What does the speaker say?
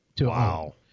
Wow